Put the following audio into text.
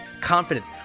confidence